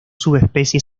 subespecies